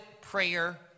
prayer